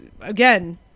again